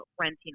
renting